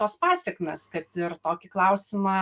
tos pasekmės kad ir tokį klausimą